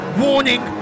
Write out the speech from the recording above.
warning